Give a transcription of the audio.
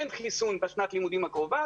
אין חיסון בשנת הלימודים הקרובה.